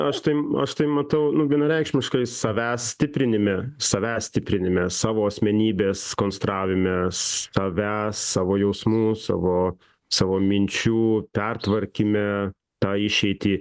aš tai aš tai matau nu vienareikšmiškai savęs stiprinime savęs stiprinime savo asmenybės konstravime savęs savo jausmų savo savo minčių pertvarkyme tą išeitį